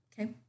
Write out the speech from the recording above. Okay